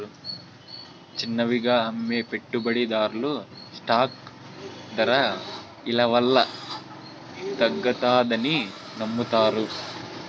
చిన్నవిగా అమ్మే పెట్టుబడిదార్లు స్టాక్ దర ఇలవల్ల తగ్గతాదని నమ్మతారు